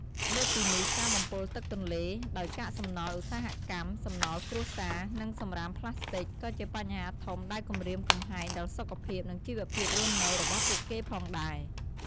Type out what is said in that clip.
លើសពីនេះ ការបំពុលទឹកទន្លេ ដោយកាកសំណល់ឧស្សាហកម្ម សំណល់គ្រួសារ និងសំរាមប្លាស្ទិក ក៏ជាបញ្ហាធំដែលគំរាមកំហែងដល់សុខភាព និងជីវភាពរស់នៅរបស់ពួកគេផងដែរ។